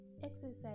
exercise